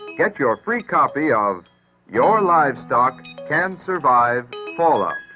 get your free copy of your livestock can survive fallout